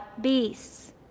beasts